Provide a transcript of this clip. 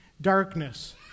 Darkness